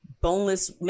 boneless